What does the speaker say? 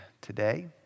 today